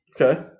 Okay